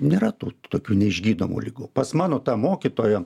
nėra tų tokių neišgydomų ligų pas mano tą mokytoją